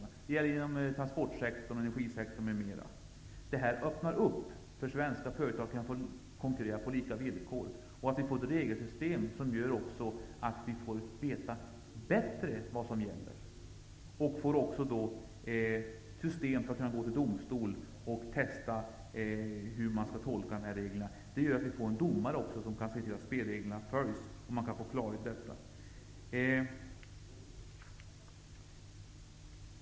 Det gäller inom transport och energisektorn m.fl. sektorer. Det som nu föreslås öppnar för svenska företag att konkurrera på lika villkor. Vi får ett regelsystem som innebär att vi bättre vet vad som gäller. Det innebär att man kan gå till domstol och testa hur reglerna skall tolkas. Domare kan se till att spelreglerna följs, och man kan få klarhet.